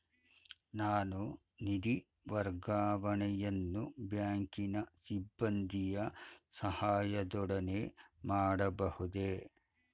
ನಾನು ನಿಧಿ ವರ್ಗಾವಣೆಯನ್ನು ಬ್ಯಾಂಕಿನ ಸಿಬ್ಬಂದಿಯ ಸಹಾಯದೊಡನೆ ಮಾಡಬಹುದೇ?